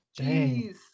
Jeez